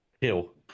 Hill